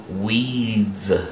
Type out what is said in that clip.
Weeds